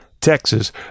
Texas